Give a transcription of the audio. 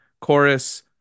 Chorus